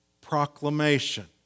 proclamation